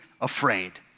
afraid